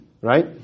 right